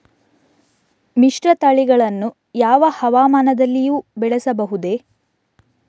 ಮಿಶ್ರತಳಿಗಳನ್ನು ಯಾವ ಹವಾಮಾನದಲ್ಲಿಯೂ ಬೆಳೆಸಬಹುದೇ?